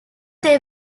they